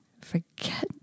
forget